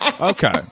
Okay